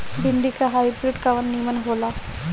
भिन्डी के हाइब्रिड कवन नीमन हो ला?